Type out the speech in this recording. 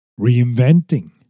reinventing